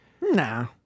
Nah